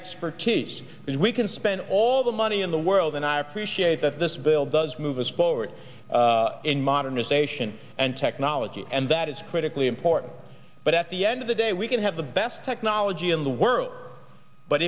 expertise and we can spend all the money in the world and i appreciate that this bill does move us forward in modernization and technology and that is critically important but at the end of the day we can have the best technology in the world but